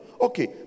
Okay